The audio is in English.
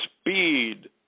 speed